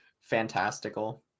fantastical